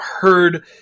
heard